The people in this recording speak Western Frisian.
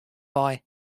wei